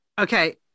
Okay